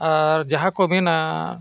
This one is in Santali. ᱟᱨ ᱡᱟᱦᱟᱸ ᱠᱚ ᱢᱮᱱᱟ